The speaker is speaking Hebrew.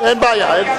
אין בעיה.